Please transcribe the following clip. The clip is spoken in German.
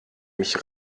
mich